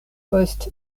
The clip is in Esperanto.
post